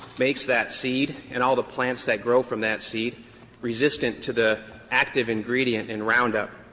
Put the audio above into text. makes that seed and all the plants that grow from that seed resistant to the active ingredient in roundup.